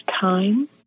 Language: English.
time